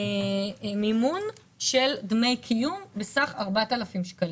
במימון של דמי קיום בסך 4,000 שקלים.